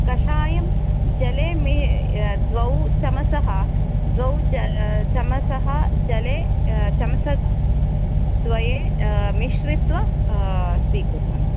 कषायं जले मे द्वौ चमसः द्वौ चमसः जले चमसद्वये मिश्रित्वा स्वीकुर्वन्तु